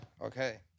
Okay